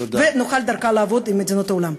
ונוכל דרכה לעבוד עם מדינות העולם.